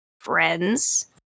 friends